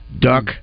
duck